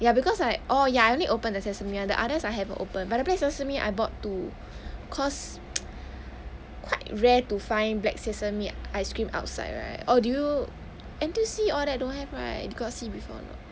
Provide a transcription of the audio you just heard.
ya because I or~ ya I only open sesame [one] the others I haven't opened but the black sesame I bought two cause quite rare to find black sesame ice cream outside right or do you N_T_U_C all that don't have right you got see before not